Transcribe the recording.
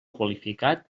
qualificat